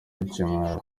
ikimwaro